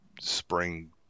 spring